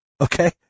Okay